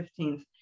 15th